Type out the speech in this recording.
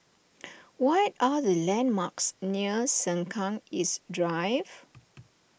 what are the landmarks near Sengkang East Drive